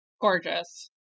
Gorgeous